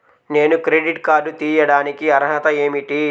నేను credit card తీయడానికి అర్హత ఏమిటి?